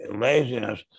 laziness